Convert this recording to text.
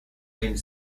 name